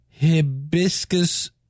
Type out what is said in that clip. Hibiscus